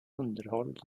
underhåll